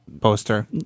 Poster